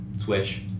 Switch